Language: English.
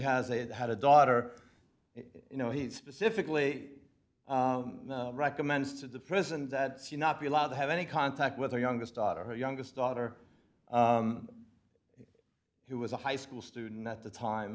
a had a daughter you know he specifically recommends to the president that you not be allowed to have any contact with her youngest daughter her youngest daughter who was a high school student at the time